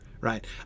right